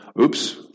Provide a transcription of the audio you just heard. oops